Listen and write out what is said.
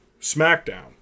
SmackDown